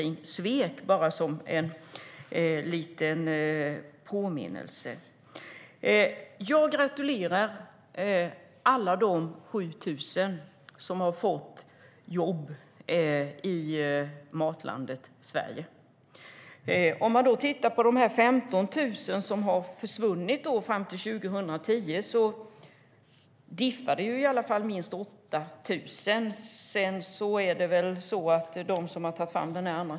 Jag säger det bara som en liten påminnelse. Jag gratulerar alla de 7 000 som har fått jobb inom Matlandet Sverige. Men om man jämför med de 15 000 jobb som försvunnit fram till 2010 diffar det i alla fall minst 8 000.